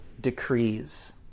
decrees